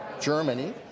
Germany